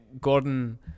gordon